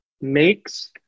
makes